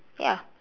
ya